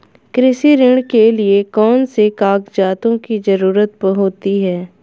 कृषि ऋण के लिऐ कौन से कागजातों की जरूरत होती है?